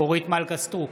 אורית מלכה סטרוק,